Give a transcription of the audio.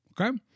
okay